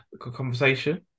conversation